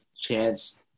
chance